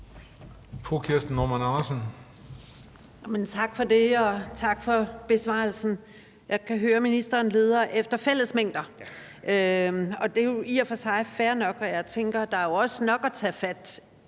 Tak for det, og tak for besvarelsen. Jeg kan høre, at ministeren leder efter fællesmængder, og det er jo i og for sig fair nok. Jeg tænker, at der jo også er nok at tage fat